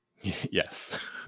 yes